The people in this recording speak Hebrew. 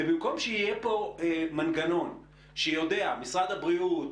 ובמקום שיהיה פה מנגנון שיודע משרד הבריאות,